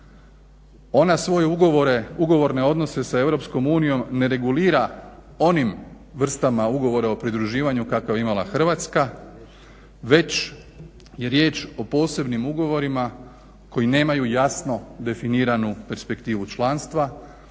Ona svoj ugovorne odnose sa Eu ne regulira onim vrstama ugovora o pridruživanju kakav je imala Hrvatska već je riječ o posebnim ugovorima koji nemaju jasno definiranu perspektivu članstva,